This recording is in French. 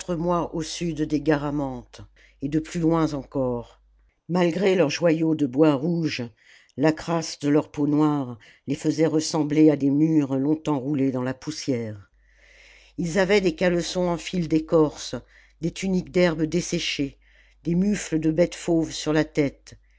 au sud des garamantes et de plus loin encore malgré leurs joyaux de bois rouge la crasse de leur peau noire les faisait ressembler à des mûres longtemps roulées dans la poussière ils avaient des caleçons en fils d'écorce des tuniques d'herbes desséchées des mufles de bêtes fauves sur la tête